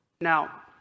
Now